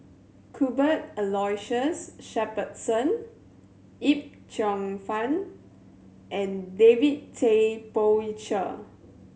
Cuthbert Aloysius Shepherdson Yip Cheong Fun and David Tay Poey Cher